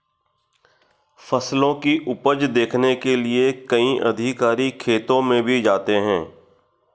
फसलों की उपज देखने के लिए कई अधिकारी खेतों में भी जाते हैं